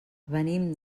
venim